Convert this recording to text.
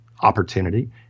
opportunity